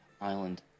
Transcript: island